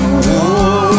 war